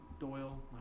Doyle